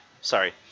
Sorry